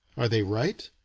are they right?